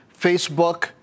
Facebook